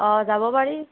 অ যাব পাৰি